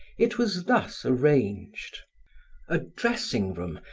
it was thus arranged a dressing room,